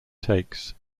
takes